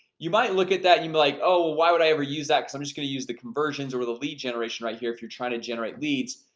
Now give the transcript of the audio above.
you might look at that you may like, oh, why would i ever use that? so i'm just gonna use the conversions or the lead generation right here if you're trying to generate leads,